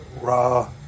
Raw